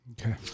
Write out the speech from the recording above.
Okay